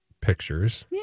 pictures